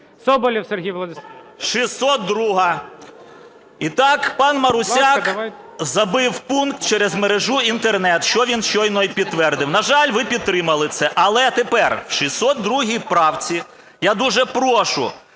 Соболєв Сергій Владиславович. 14:58:05 СОБОЛЄВ С.В. 602-а. І так пан Марусяк забив пункт через мережу Інтернет, що він щойно і підтвердив. На жаль, ви підтримали це. Але тепер в 602 правці я дуже прошу